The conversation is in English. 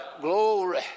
Glory